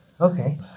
Okay